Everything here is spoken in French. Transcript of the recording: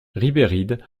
ribéride